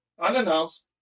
unannounced